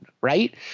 Right